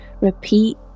repeat